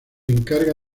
encarga